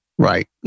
Right